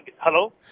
Hello